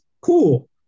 cool